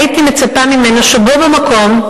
הייתי מצפה ממנו שבו במקום,